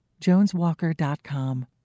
JonesWalker.com